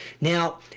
Now